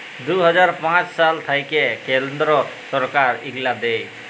দু হাজার পাঁচ সাল থ্যাইকে কেলদ্র ছরকার ইগলা দেয়